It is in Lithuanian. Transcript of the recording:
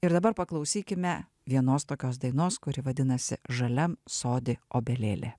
ir dabar paklausykime vienos tokios dainos kuri vadinasi žaliam sodi obelėlė